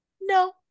no